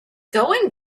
going